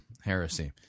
heresy